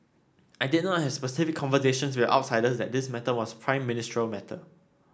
I did not have specific conversations with outsiders that this matter was a Prime Ministerial matter